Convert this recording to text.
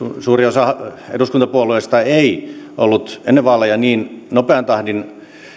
suurin osa eduskuntapuolueista ei ollut ennen vaaleja niin nopean tahdin